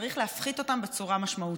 צריך להפחית אותם בצורה משמעותית,